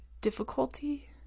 difficulty